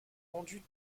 rendus